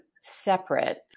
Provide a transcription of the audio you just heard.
separate